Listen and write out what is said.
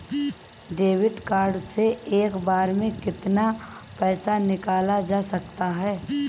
Debit card से एक बार में कितना पैसा निकाला जा सकता है?